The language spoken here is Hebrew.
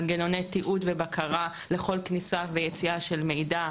מנגנוני תיעוד ובקרה לכל כניסה ויציאה של מידע,